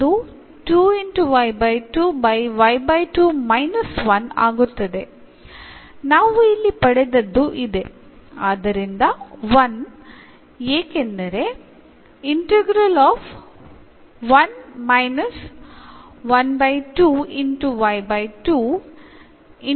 ഇത് order reverse ചെയ്യും അപ്പോൾ നമുക്ക് എന്നു കിട്ടും ശേഷം ഇൻറെഗ്രേറ്റ് ചെയ്യുമ്പോൾ എന്നും കിട്ടുന്നു